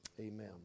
amen